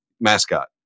mascot